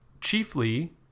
chiefly